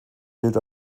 gilt